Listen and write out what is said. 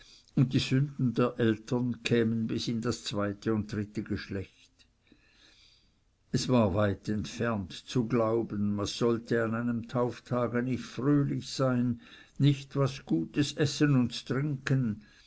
und die sünden der eltern kämen bis in das zweite und dritte geschlecht es war weit entfernt zu glauben man sollte an einem tauftage nicht fröhlich sein nicht was gutes essen und trinken